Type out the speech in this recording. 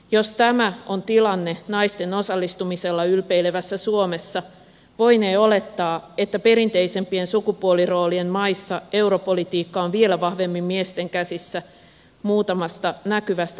jos tämä on tilanne naisten osallistumisella ylpeilevässä suomessa voinee olettaa että perinteisempien sukupuoliroolien maissa europolitiikka on vielä vahvemmin miesten käsissä muutamasta näkyvästä naisjohtajasta huolimatta